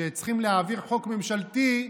שצריכים להעביר חוק ממשלתי,